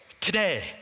Today